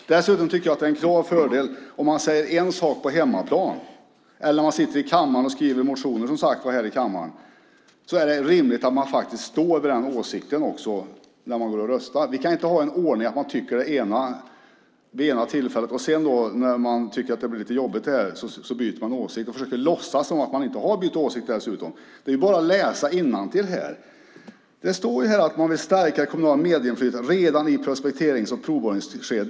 Dessutom tycker jag att det om man säger en sak på hemmaplan eller i motioner också är en klar fördel att man faktiskt står för den åsikten när det är omröstning. Vi kan inte ha en ordning där man byter åsikt när det blir lite jobbigt och där man dessutom försöker låtsas som om man inte har bytt åsikt. Det är bara att läsa innantill! Det står här att man vill stärka det kommunala medinflytandet redan i prospekterings och provborrningsskedet.